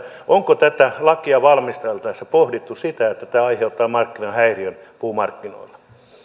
onko tätä lakia valmisteltaessa pohdittu sitä että tämä aiheuttaa markkinahäiriön puumarkkinoilla